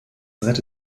rette